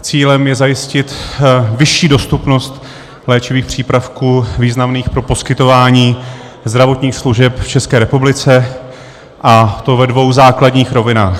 Cílem je zajistit vyšší dostupnost léčivých přípravků významných pro poskytování zdravotních služeb v České republice, a to ve dvou základních rovinách.